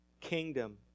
kingdom